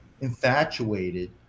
infatuated